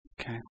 Okay